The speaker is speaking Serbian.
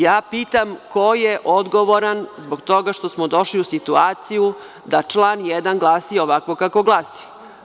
Ja pitam ko je odgovoran zbog toga što smo došli u situaciju da član 1. glasi ovako kako glasi?